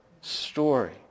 story